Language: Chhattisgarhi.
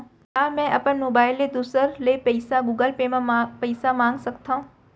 का मैं अपन मोबाइल ले दूसर ले पइसा गूगल पे म पइसा मंगा सकथव?